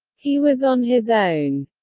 he was on his own.